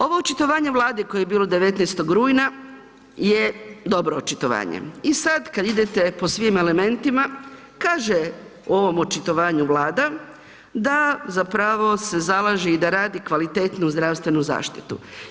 Ovo očitovanje Vlade koje je bilo 19. rujna, je dobro očitovanje i sad kad idete po svim elementima, kaže u ovom očitovanju Vlada, da zapravo se zalaže i da radi kvalitetnu zdravstvenu zaštitu.